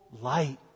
light